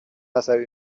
عصبی